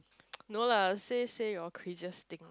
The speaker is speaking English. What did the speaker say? no lah say say your craziest thing